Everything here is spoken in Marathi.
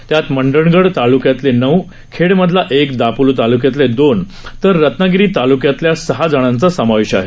त्यात मंडणगड तालुक्यातले नऊ खेडमधला एक दापोली तालुक्यातले दोन तर रत्नागिरी तालुक्यातल्या सहा जणांचा समावेश आहे